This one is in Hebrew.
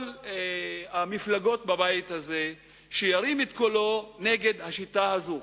מכל המפלגות בבית הזה ירים את קולו נגד השיטה הזאת.